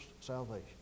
salvation